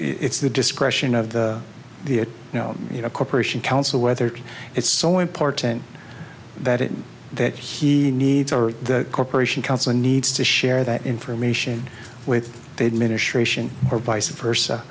it's the discretion of the you know corporation counsel whether it's so important that it that he needs or the corporation counsel needs to share that information with they'd ministration or vice versa